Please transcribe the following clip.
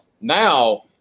Now